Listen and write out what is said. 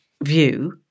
view